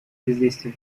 бездействия